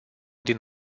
din